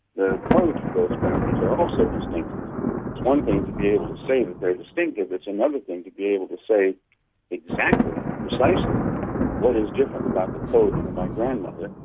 the codes for those memories are also distinctive. it's one thing to be able to say that they're distinctive. it's another thing to be able to say exactly, precisely what is different about the code for my grandmother,